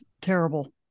terrible